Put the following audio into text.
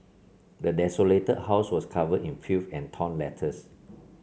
the desolated house was covered in filth and torn letters